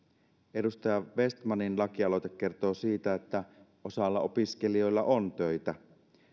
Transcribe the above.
edustaja vestmanin lakialoite kertoo siitä että osalla opiskelijoita on töitä